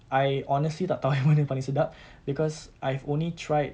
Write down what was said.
I honestly tak tahu yang mana yang paling sedap because I've only tried